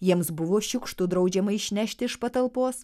jiems buvo šiukštu draudžiama išnešti iš patalpos